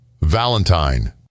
Valentine